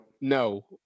No